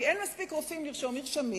כי אין מספיק רופאים לרשום מרשמים.